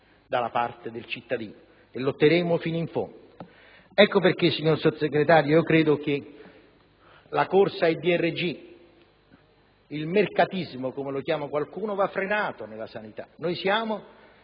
dalla parte del cittadino e lotteremo fino in fondo. Ecco perché, signor Sottosegretario, credo che la corsa ai DRG, il mercatismo, come lo chiama qualcuno, nella sanità vada